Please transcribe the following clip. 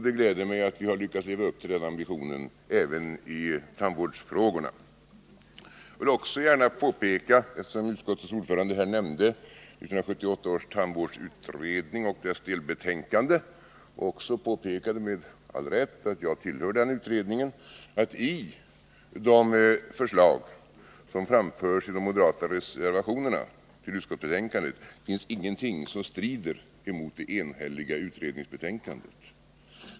Det gläder mig att vi lyckats leva upp till den ambitionen även i tandvårdsfrågorna. Utskottets ordförande nämnde 1978 års tandvårdsutredning och dess delbetänkande liksom, med all rätt, att jag tillhör den utredningen. Jag vill därför påpeka att i de förslag som framförs i de moderata reservationerna till utskottsbetänkandet finns ingenting som strider emot det enhälliga utskottsbetänkandet.